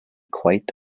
quite